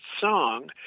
song